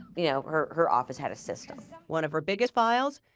you know, her her office had a system. one of her biggest files?